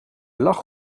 lag